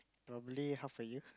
normally half a year